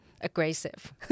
aggressive